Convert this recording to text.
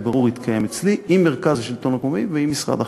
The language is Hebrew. והבירור יתקיים אצלי עם מרכז השלטון המקומי ועם משרד החינוך.